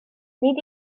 nid